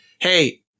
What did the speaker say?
Hey